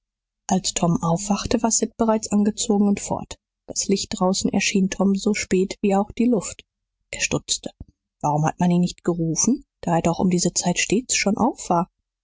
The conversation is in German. als tom aufwachte war sid bereits angezogen und fort das licht draußen erschien tom so spät wie auch die luft er stutzte warum hat man ihn nicht gerufen da er doch um diese zeit stets schon auf war